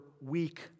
weak